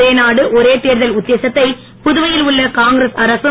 ஒரே நாடு ஒரே தேர்தல் உத்தேசத்தை புதுவையில் உள்ள காங்கிரஸ் அரசும்